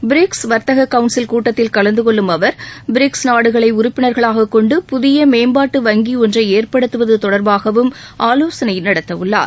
BRICS வாத்தக council கூட்டத்தில் கலந்துகொள்ளும் அவா் பிரிக்ஸ் நாடுகளை உறுப்பினர்களாக கொண்டு புதிய மேம்பாட்டு வங்கி ஒன்றை ஏற்படுத்துவது தொடர்பாகவும் ஆலோசனை நடத்த உள்ளார்